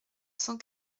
cent